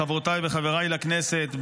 חברותיי וחבריי לכנסת,